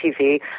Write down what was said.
TV